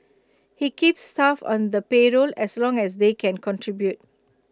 he keeps staff on the payroll as long as they can contribute